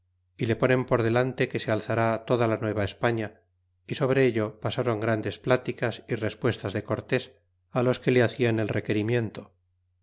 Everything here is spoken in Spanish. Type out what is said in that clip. y le ponen por delante que se alzará toda la nueva españa y sobre ello pasron grandes pláticas y respuestas de cortés los que le hacian el requerimiento